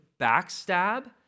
backstab